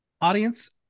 Audience